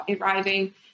arriving